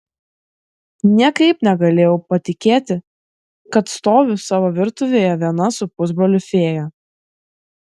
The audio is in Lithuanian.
niekaip negalėjau patikėti kad stoviu savo virtuvėje viena su pusbroliu fėja